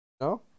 No